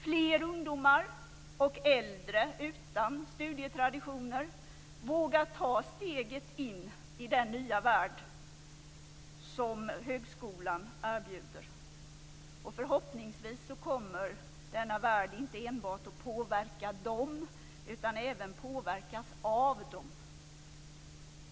Fler ungdomar och äldre utan studietraditioner vågar ta steget in i den nya värld som högskolan erbjuder. Förhoppningsvis kommer denna värld inte enbart att påverka dem, utan även att påverkas av dem.